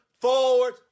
forward